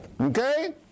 Okay